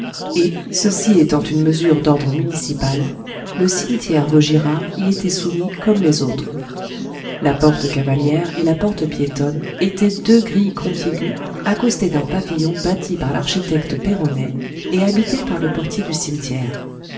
et ceci étant une mesure d'ordre municipal le cimetière vaugirard y était soumis comme les autres la porte cavalière et la porte piétonne étaient deux grilles contiguës accostées d'un pavillon bâti par l'architecte perronet et habité par le portier du cimetière